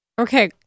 Okay